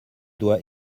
doit